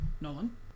Nolan